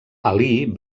alí